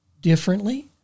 differently